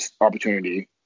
opportunity